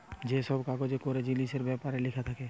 যে সব কাগজে করে জিনিসের বেপারে লিখা থাকে